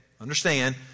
Understand